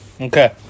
Okay